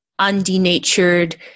undenatured